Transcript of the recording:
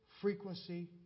frequency